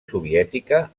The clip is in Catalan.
soviètica